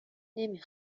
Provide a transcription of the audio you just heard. نمی